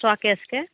show केशके